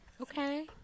Okay